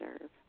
serve